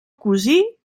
cosí